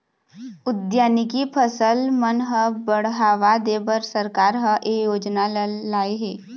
उद्यानिकी फसल मन ह बड़हावा देबर सरकार ह ए योजना ल लाए हे